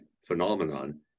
phenomenon